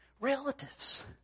Relatives